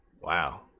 Wow